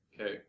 Okay